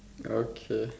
okay